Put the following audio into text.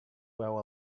well